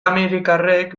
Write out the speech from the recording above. amerikarrek